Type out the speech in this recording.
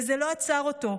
וזה לא עצר אותו,